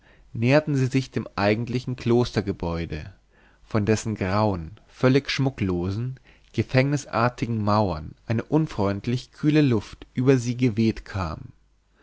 näherten sie sich dem eigentlichen klostergebäude von dessen grauen völlig schmucklosen gefängnisartigen mauern eine unfreundlich kühle luft über sie geweht kam